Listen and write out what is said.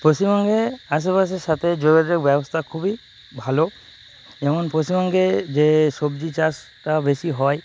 পশ্চিমবঙ্গের আশেপাশের সাথে যোগাযোগ ব্যবস্থা খুবই ভালো যেমন পশ্চিমবঙ্গের যে সবজি চাষটা বেশি হয়